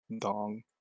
dong